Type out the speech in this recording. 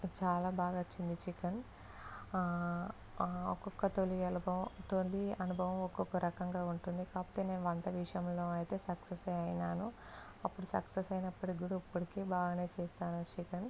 చాలా బాగా వచ్చింది చికెన్ ఒక్కొక్క తొలి అనుభవం తొలి అనుభవం ఒక్కొక్క రకంగా ఉంటుంది కాకపోతే నేను వంట విషయంలో అయితే సక్సెస్యే అయినాను అప్పుడు సక్సెస్ అయినప్పటికి కూడా ఇప్పటికి బాగా చేశాను చికెన్